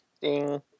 Ding